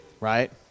right